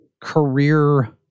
career